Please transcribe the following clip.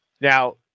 now